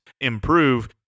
improve